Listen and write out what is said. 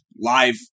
live